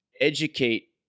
educate